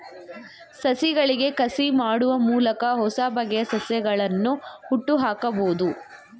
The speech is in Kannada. ಸಸಿಗಳಿಗೆ ಕಸಿ ಮಾಡುವ ಮೂಲಕ ಹೊಸಬಗೆಯ ಸಸ್ಯಗಳನ್ನು ಹುಟ್ಟುಹಾಕಬೋದು